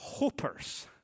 hopers